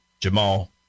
Jamal